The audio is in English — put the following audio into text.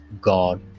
God